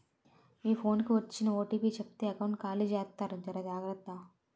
మీ phone కి వచ్చిన OTP చెప్తే ఎకౌంట్ ఖాళీ జెత్తారు జర జాగ్రత్త